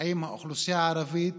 עם האוכלוסייה הערבית